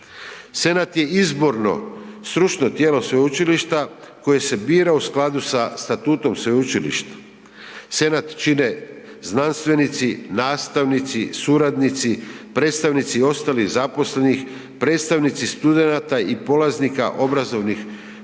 Senat je izborno stručno tijelo sveučilišta koje se bira u skladu sa statutom sveučilišta. Senat čine znanstvenici, nastavnici, suradnici, predstavnici ostalih zaposlenih, predstavnici studenata i polaznika obrazovnih